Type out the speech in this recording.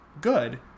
good